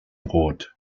brot